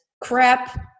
crap